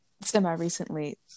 semi-recently